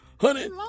Honey